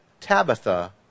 Tabitha